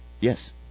Yes